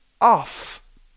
off